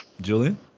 Julian